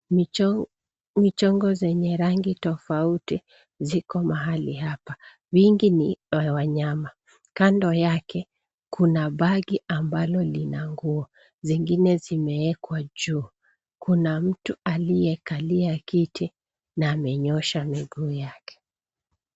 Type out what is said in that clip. Micho, michongo zenye rangi tofauti ziko mahali hapa. Mingi ni ya wanyama. Kando yake kuna bagi ambalo lina nguo. Zingine zimeekwa juu. Kuna mtu aliyekalia kiti na amenyoosha miguu yake.